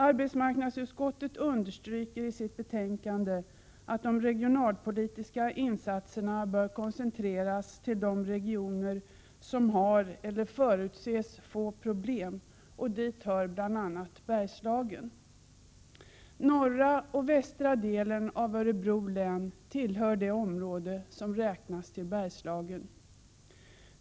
Arbetsmarknadsutskottet understryker i sitt betänkande att de regionalpolitiska insatserna bör koncentreras till de regioner som har eller förutses få problem, och dit hör bl.a. Bergslagen. Norra och västra delen av Örebro län tillhör det område som räknas till Bergslagen.